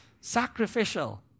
Sacrificial